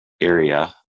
area